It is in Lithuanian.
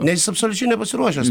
ne jis absoliučiai nepasiruošęs